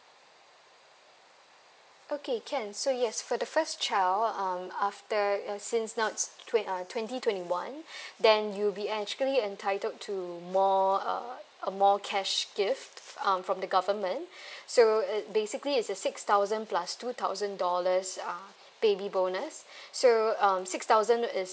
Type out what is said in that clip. okay can so yes for the first child um after uh since now it's twen~ uh twenty twenty one then you'll be actually entitled to more uh uh more cash gift um from the government so it basically it's uh six thousand plus two thousand dollars uh baby bonus so um six thousand is